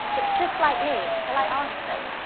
but just like me, until i asked them,